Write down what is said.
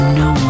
no